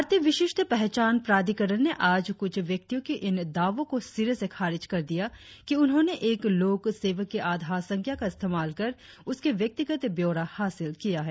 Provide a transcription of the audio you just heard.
भारतीय विशिष्ठ पहचान प्राधिकरण ने आज कुछ व्यक्तियों के इन दावों को सिरे से खारिज कर दिया कि उन्होंने एक लोक सेवक की आधार संख्या का इस्तेमाल कर उसके व्यक्तिगत ब्यौरा हासिल किया है